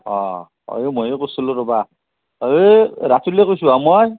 অঁ ময়ে কৰিছিলোঁ ৰবা ঐ মই ৰাতুলে কৈছোঁ হে মই